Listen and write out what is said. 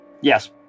Yes